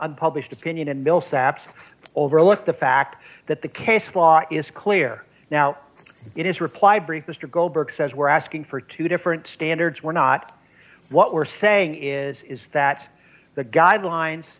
unpublished opinion and millsaps overlooked the fact that the case law is clear now in his reply brief mr goldberg says we're asking for two different standards we're not what we're saying is that the guidelines